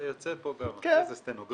ויוצא מפה אחרי זה סטנוגרמות.